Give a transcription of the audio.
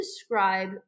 describe